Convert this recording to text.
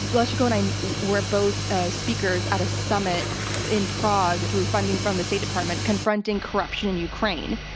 leschenko and i were both speakers at a summit in prague through funding from the state department confronting corruption in ukraine.